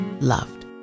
loved